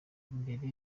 mbere